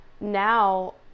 now